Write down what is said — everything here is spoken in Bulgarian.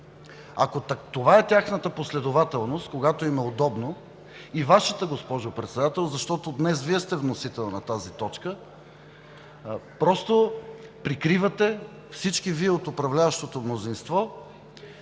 Ако това е тяхната последователност, когато им е удобно, и Вашата, госпожо Председател, защото днес Вие сте вносител на тази точка – просто прикривате, всички Вие от управляващото мнозинство,